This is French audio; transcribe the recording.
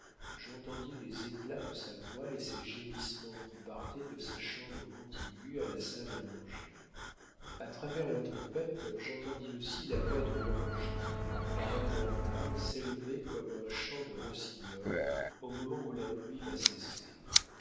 j'entendis les éclats de sa voix et ses gémissements qui partaient de sa chambre contiguë à la salle à manger a travers la tempête j'entendis aussi la voix de l'ange qui par intervalles s'élevait comme un chant de rossignol au moment où la pluie va cesser